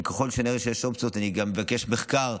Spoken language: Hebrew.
וככל שנראה שיש אופציות אני גם אבקש מחקר,